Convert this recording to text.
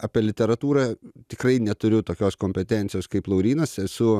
apie literatūrą tikrai neturiu tokios kompetencijos kaip laurynas esu